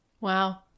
Wow